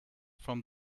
from